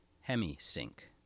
hemi-sync